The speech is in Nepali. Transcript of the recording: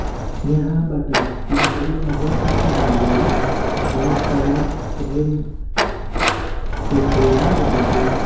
यहाँबाट तिनीहरू अझ उत्तरमा गए र कडारेमको छेउमा रहेको